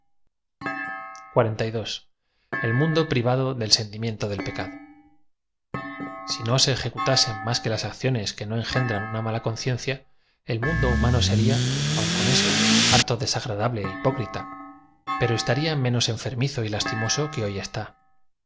riva d o del sentimiento del pecado si no se ejecutasen más que las acciones que no en gendran la mala conciencia el mundo humano seria aun con eso harto desagradable é hipécrita pero es taría menos enfermizo y lastimoso que h oy está